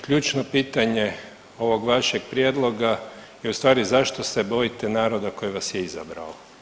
Ključno pitanje ovog vašeg prijedloga je ustvari zašto se bojite naroda koji vas je izabrao?